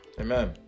Amen